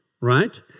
right